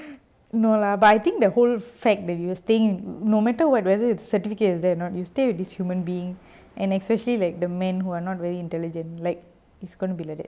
no lah but I think the whole fact that you were staying no matter what whether the certificates is there or not you stay with this human being and especially like the men who are not really intelligent like it's gonna be like that